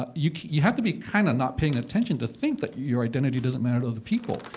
but you you have to be kind of not paying attention to think that your identity doesn't matter to other people.